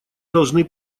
должны